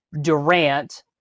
Durant